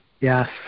Yes